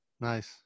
Nice